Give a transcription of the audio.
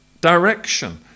direction